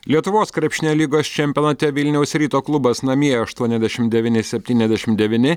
lietuvos krepšinio lygos čempionate vilniaus ryto klubas namie aštuoniasdešim devyni septyniasdešim devyni